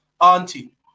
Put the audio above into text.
auntie